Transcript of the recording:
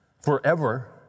forever